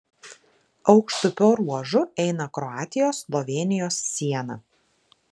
aukštupio ruožu eina kroatijos slovėnijos siena